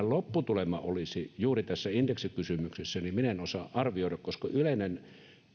lopputulema olisi juuri tässä indeksikysymyksessä minä en osaa arvioida koska yleinen